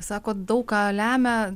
sakot daug ką lemia